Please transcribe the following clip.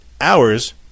hours